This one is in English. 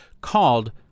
called